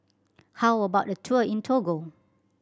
how about a tour in Togo